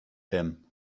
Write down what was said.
him